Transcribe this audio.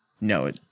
no